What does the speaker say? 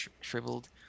shriveled